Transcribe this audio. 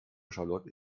charlotte